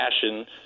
passion